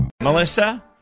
Melissa